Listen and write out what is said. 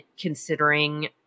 considering